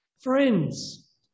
friends